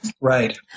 Right